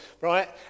right